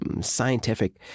scientific